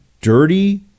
dirty